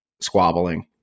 squabbling